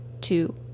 two